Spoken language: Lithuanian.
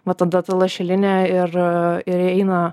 va tada ta lašelinė ir ir eina